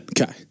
Okay